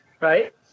right